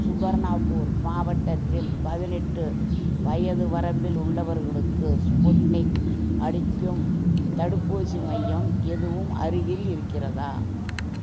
சுபர்ணாப்பூர் மாவட்டத்தில் பதினெட்டு வயது வரம்பில் உள்ளவர்களுக்கு ஸ்புட்னிக் அளிக்கும் தடுப்பூசி மையம் எதுவும் அருகில் இருக்கிறதா